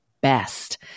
best